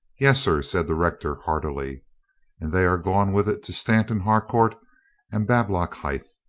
yes, sir, said the rector heartily. and they are gone with it to stanton harcourt and bablock hithe.